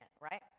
right